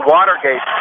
Watergate